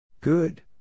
Good